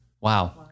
Wow